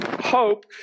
Hope